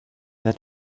that